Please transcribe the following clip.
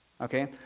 okay